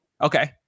okay